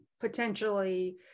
potentially